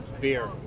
beer